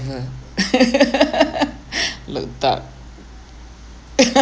looked down